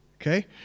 Okay